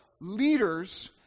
leaders